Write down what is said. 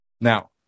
Now